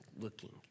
looking